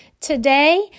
Today